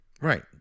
Right